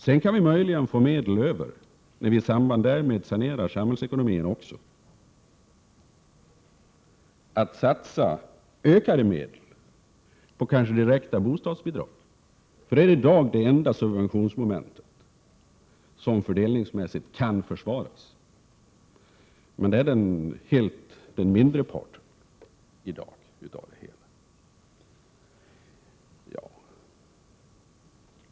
Sedan kan vi möjligen få medel över när vi i samband därmed sanerar samhällsekonomin, kanske för att kunna satsa ökade medel på direkta bostadsbidrag. Det är nämligen i dag den enda subventionen som fördelningsmässigt kan försvaras. Det är dock en mindre del av det hela.